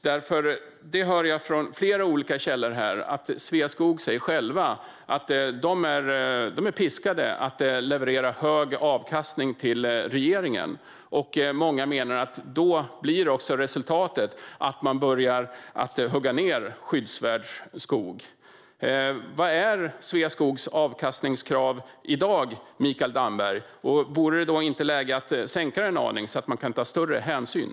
Jag hör nämligen från flera olika källor att Sveaskog själva säger att de är piskade att leverera hög avkastning till regeringen, och många menar då att resultatet blir att man börjar hugga ned skyddsvärd skog. Vad är Sveaskogs avkastningskrav i dag, Mikael Damberg? Vore det inte läge att sänka det en aning så att man kan ta större hänsyn?